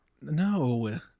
No